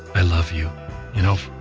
i love you, you know,